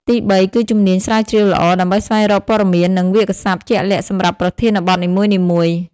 ទីបី គឺជំនាញស្រាវជ្រាវល្អ ដើម្បីស្វែងរកព័ត៌មាន និងវាក្យសព្ទជាក់លាក់សម្រាប់ប្រធានបទនីមួយៗ។